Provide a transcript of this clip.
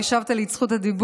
או השבת לי את זכות הדיבור.